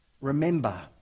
remember